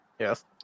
Yes